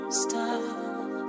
stop